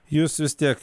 jūs vis tiek